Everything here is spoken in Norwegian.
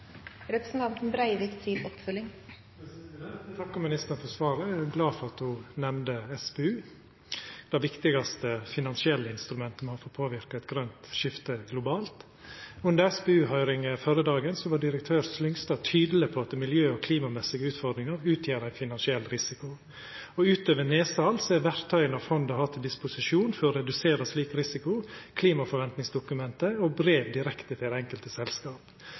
Eg takkar ministeren for svaret. Eg er glad for at ho nemnde SPU, det viktigaste finansielle instrumentet me har for å påverka eit grønt skifte globalt. Under SPU-høyringa førre dagen var direktør Slyngstad tydeleg på at miljø- og klimamessige utfordringar vil utgjera ein finansiell risiko. Utover nedsal er verktya fondet har til disposisjon for å redusera slik risiko, klimaforventningsdokumentet og brev direkte til det enkelte